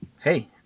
hey